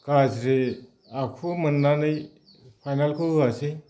गाज्रि आखु मोननानै फाइनालखौ होआसै